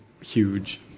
huge